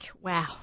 wow